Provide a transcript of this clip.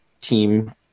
team